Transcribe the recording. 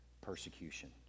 persecution